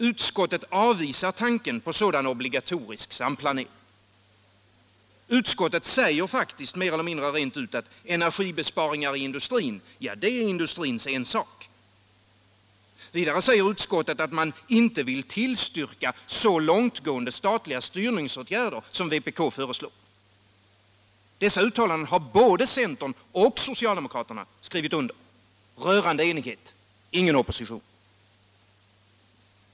Utskottet avvisar tanken på en sådan obligatorisk samplanering. Det säger mer eller mindre rent ut att energibesparingar i industrin är industrins ensak. Vidare säger utskottet att det inte vill tillstyrka så långtgående statliga styrningsåtgärder som vpk föreslår. Dessa uttalanden har både centern och socialdemokraterna skrivit under. Rörande enighet, ingen opposition.